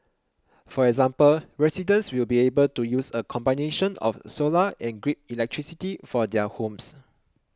for example residents will be able to use a combination of solar and grid electricity for their homes